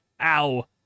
Ow